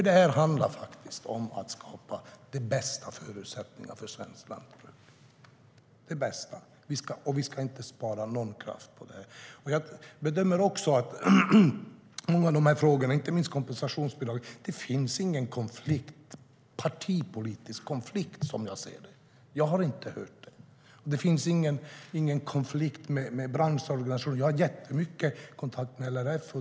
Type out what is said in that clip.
Det handlar om att skapa de bästa förutsättningarna för svenskt lantbruk. Vi ska inte spara någon kraft. I många av frågorna, inte minst när det gäller kompensationsbidraget, finns det som jag ser det inte någon partipolitisk konflikt. Jag har inte hört det. Det finns ingen konflikt med branschorganisationerna. Jag har jättemycket kontakt med LRF.